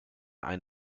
ein